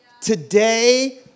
today